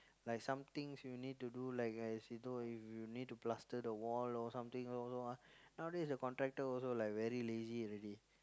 like some things you need to do like as you know if you need to plaster the wall or something low low ah nowadays the contractor also like very lazy already